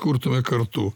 kurtume kartu